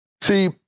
See